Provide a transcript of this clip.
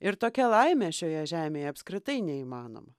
ir tokia laimė šioje žemėje apskritai neįmanoma